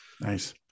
nice